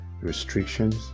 restrictions